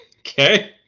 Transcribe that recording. Okay